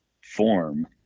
form